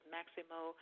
Maximo